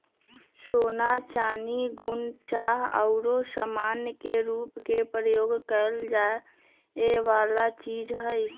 सोना, चानी, नुन, चाह आउरो समान के रूप में प्रयोग करए जाए वला चीज हइ